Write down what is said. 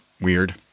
weird